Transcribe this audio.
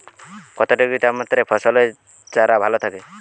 কত ডিগ্রি তাপমাত্রায় ফসলের চারা ভালো থাকে?